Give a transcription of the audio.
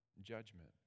Judgment